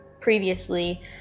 previously